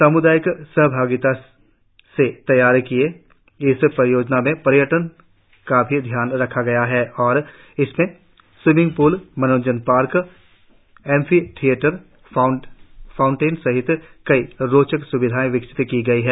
साम्दायिक सहभागिता से तैयार इस परियोजना में पर्यटन का भी ध्यान रखा गया है और इसमें स्वीमिंग पुल मनोरंजन पार्क एम्फी थियेटर फाउंटेन सहित कई रोचक स्विधाएं विकसित की गई है